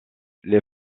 les